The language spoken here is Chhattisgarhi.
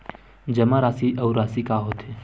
जमा राशि अउ राशि का होथे?